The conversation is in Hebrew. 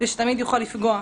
ושתמיד יוכל לפגוע.